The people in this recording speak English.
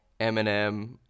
Eminem